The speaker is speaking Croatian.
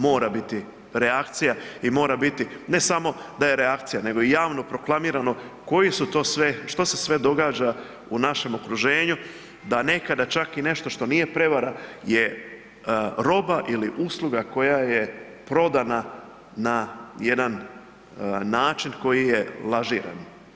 Mora biti reakcija i mora biti ne samo da je reakcija nego i javno proklamirano koji su to sve, što se sve događa u našem okruženju, da nekada čak i nešto što nije prevara je roba ili usluga koja je prodana na jedan način koji je lažiran.